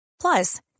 Plus